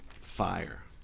fire